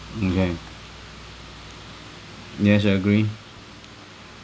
okay yes I agree